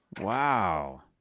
Wow